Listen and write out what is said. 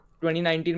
2019